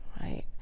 right